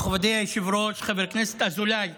מכובדי היושב-ראש, חבר הכנסת אזולאי,